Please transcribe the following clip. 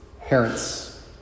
parents